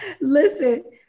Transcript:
Listen